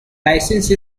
license